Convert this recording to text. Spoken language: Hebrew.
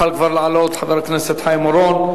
יכול כבר לעלות, חבר הכנסת חיים אורון.